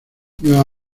nueva